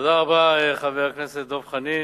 תודה רבה, חבר הכנסת דב חנין.